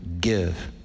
give